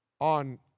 on